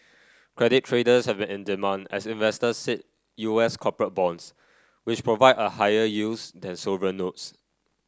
credit traders have in demand as investors seek U S corporate bonds which provide higher yields than sovereign notes